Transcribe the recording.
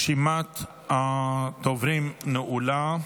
רשימת הדוברים נעולה.